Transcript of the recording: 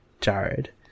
Jared